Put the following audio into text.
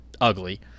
ugly